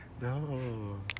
No